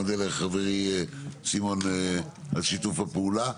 מודה לחברי סימון על שיתוף הפעולה,